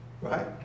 Right